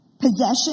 possession